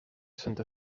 santa